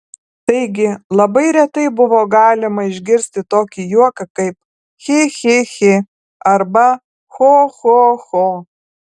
taigi labai retai buvo galima išgirsti tokį juoką kaip chi chi chi arba cho cho cho